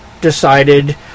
decided